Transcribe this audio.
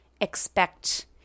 expect